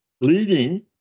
leading